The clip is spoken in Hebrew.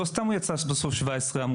לא סתם הוא יצא בסוף 17 עמודים.